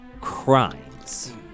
crimes